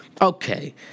Okay